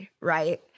right